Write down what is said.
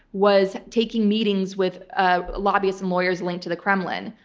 was taking meetings with ah lobbyists and lawyers linked to the kremlin,